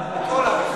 לכל עם ישראל.